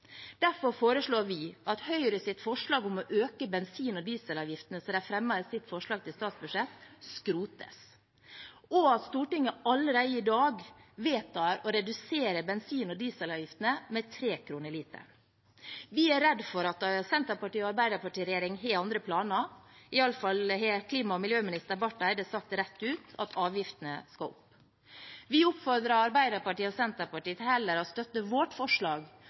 Derfor foreslår vi at Høyres forslag om å øke bensin- og dieselavgiftene, som de har fremmet i sitt forslag til statsbudsjett, skrotes, og at Stortinget allerede i dag vedtar å redusere bensin- og dieselavgiftene med 3 kr per liter. Vi er redd for at en Arbeiderparti–Senterparti-regjering har andre planer, iallfall har klima- og miljøminister Barth Eide sagt rett ut at avgiftene skal opp. Vi oppfordrer Arbeiderpartiet og Senterpartiet til heller å støtte vårt forslag,